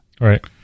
Right